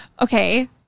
Okay